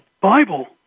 Bible